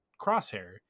crosshair